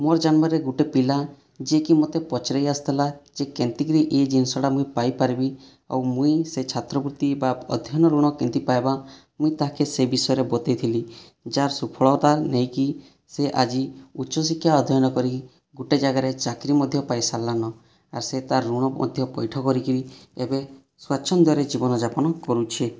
ମୋ'ର ଜାନିବାରେ ଗୋଟେ ପିଲା ଯିଏକି ମତେ ପଚାରିକି ଆସିଥିଲା ଯେ କେନ୍ତିକରି ଇ ଜିନିଷଟା ମୁଇଁ ପାଇପାରିବି ଆଉ ମୁଇଁ ସେ ଛାତ୍ରବୃତ୍ତି ବା ଅଧ୍ୟୟନ ଋଣ କେମିତି ପାଇବା ମୁଇଁ ତାକେ ସେ ବିଷୟରେ ବତେଇଥିଲି ଯାର ସୁଫଳତା ନେଇକି ସେ ଆଜି ଉଚ୍ଚ ଶିକ୍ଷା ଅଧ୍ୟୟନ କରିକି ଗୋଟେ ଜାଗାରେ ଚାକିରି ମଧ୍ୟ ପାଇସାର୍ଲାନ ଆର୍ ସେ ତାର ଋଣ ମଧ୍ୟ ପୈଠ କରିକିରି ଏବେ ସ୍ଵାଚ୍ଛନ୍ଦରେ ଜୀବନଯାପନ କରୁଛେ